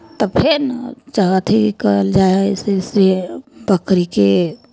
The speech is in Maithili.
तऽ फेन अथि कयल जाइ हइ जइसे बकरीके